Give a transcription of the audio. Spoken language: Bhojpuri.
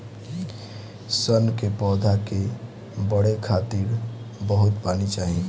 सन के पौधा के बढ़े खातिर बहुत पानी चाही